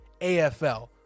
AFL